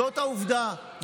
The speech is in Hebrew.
זאת העובדה.